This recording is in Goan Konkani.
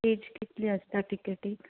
एज कितली आसता टिकेटीक